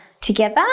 together